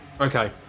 Okay